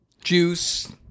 Juice